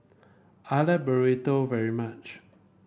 I like Burrito very much